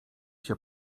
się